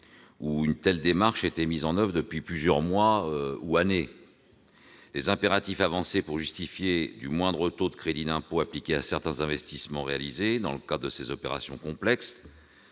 où une telle démarche était mise en oeuvre depuis plusieurs mois, voire plusieurs années. Or les impératifs avancés pour justifier le moindre taux de crédit d'impôt appliqué à certains investissements réalisés dans le cadre de ces opérations complexes-